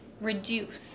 reduce